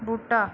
बूह्टा